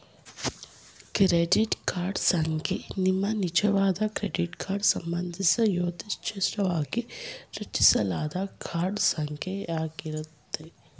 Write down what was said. credit card ಸಂಖ್ಯೆ ನಿಮ್ಮನಿಜವಾದ credit card ಸಂಬಂಧಿಸಿದ ಯಾದೃಚ್ಛಿಕವಾಗಿ ರಚಿಸಲಾದ ಕಾರ್ಡ್ ಸಂಖ್ಯೆ ಯಾಗಿರುತ್ತೆ